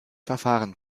verfahren